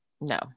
No